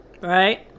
right